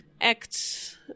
act